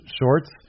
shorts